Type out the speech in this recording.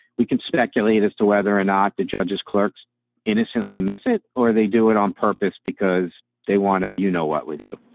we can speculate as to whether or not the judge's clerks innocently miss it or they do it on purpose because they want to you know what with you.